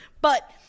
But-